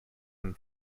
and